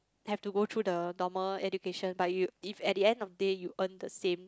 have to go through the normal education but you if at the end of day you earn the same